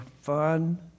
fun